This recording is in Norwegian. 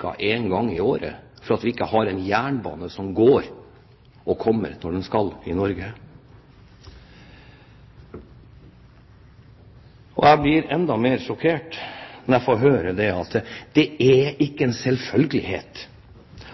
ca. en gang i året, fordi vi ikke har en jernbane som går og kommer når den skal i Norge. Jeg blir enda mer sjokkert når jeg får høre at det ikke er en selvfølgelighet